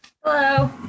Hello